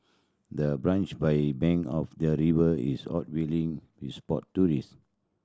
the branch by bank of the river is hot viewing spot tourist